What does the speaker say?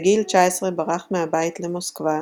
בגיל 19 ברח מהבית למוסקבה,